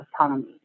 autonomy